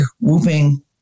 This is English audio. whooping